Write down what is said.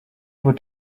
would